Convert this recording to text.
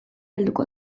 helduko